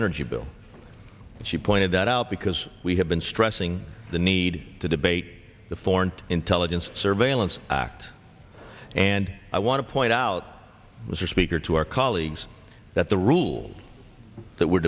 energy bill and she pointed that out because we have been stressing the need to debate the foreign intelligence surveillance act and i want to point out mr speaker to our colleagues that the rule that we're